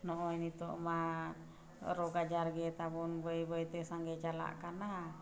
ᱱᱚᱜᱚᱭ ᱱᱤᱛᱳᱜ ᱢᱟ ᱨᱳᱜᱽᱼᱟᱡᱟᱨ ᱜᱮ ᱛᱟᱵᱚᱱ ᱵᱟᱹᱭᱼᱵᱟᱹᱭᱛᱮ ᱥᱟᱸᱜᱮ ᱪᱟᱞᱟᱜ ᱠᱟᱱᱟ